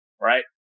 Right